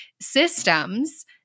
systems